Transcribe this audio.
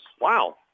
Wow